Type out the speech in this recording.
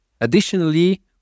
Additionally